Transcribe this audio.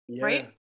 right